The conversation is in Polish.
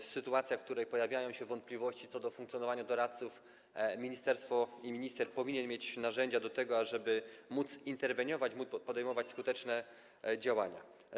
W sytuacjach, w których pojawiają się wątpliwości co do funkcjonowania doradców, ministerstwo i minister powinni mieć narzędzia do tego, ażeby móc interweniować, móc podejmować skuteczne działania.